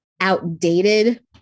outdated